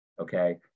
okay